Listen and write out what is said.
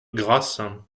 grasse